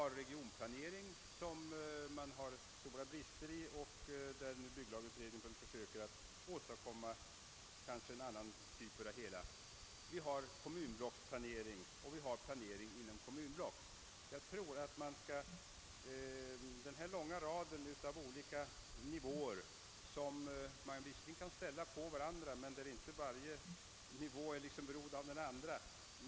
Regionplaneringen är behäftad med stora brister; bygglagutredningen försöker väl att åstadkomma en annan uppläggning av den. Vi har vidare kommunblocksplanering och planering inom kommunerna. Här förekommer alltså planering på många olika nivåer, och man är på den ena nivån inte alltid beroende av vad som sker på den andra.